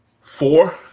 four